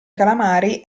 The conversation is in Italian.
calamari